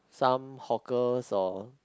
some hawker or